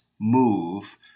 move